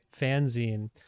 fanzine